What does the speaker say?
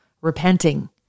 repenting